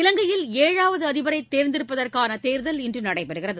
இலங்கையில் ஏழாவதுஅதிபரைதேர்ந்தெடுப்பதற்கானதேர்தல் இன்றுநடைபெறுகிறது